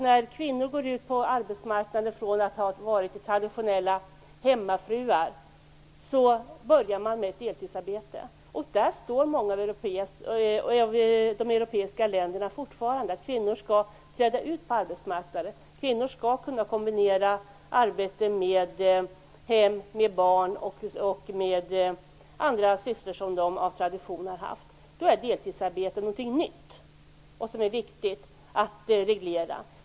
När kvinnor går ut på arbetsmarknaden från att ha varit traditionella hemmafruar börjar de ofta med ett deltidsarbete. Där står många av de europeiska länderna fortfarande. Kvinnor skall träda ut på arbetsmarknaden, och kvinnor skall kunna kombinera arbete med hem, barn och andra sysslor som de av tradition har haft. Då är deltidsarbete någonting nytt och någonting som det är viktigt att reglera.